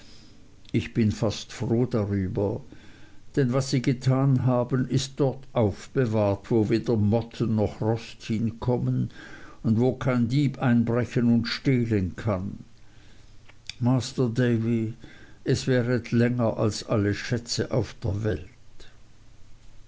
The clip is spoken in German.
ich bin fast froh darüber denn was sie getan haben ist dort aufbewahrt wo weder motten noch rost hinkommen und wo kein dieb einbrechen und stehlen kann masr davy es währet länger als alle schätze der welt